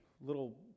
little